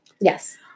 Yes